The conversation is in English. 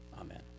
Amen